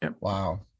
wow